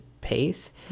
pace